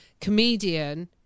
comedian